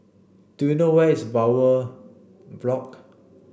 do you know where is Bowyer Block